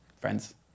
friends